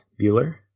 bueller